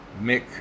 Mick